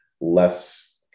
less